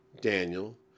Daniel